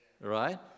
right